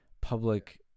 public